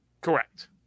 Correct